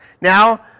Now